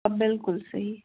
آ بِلکُل صحیح